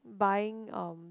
buying um